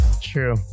True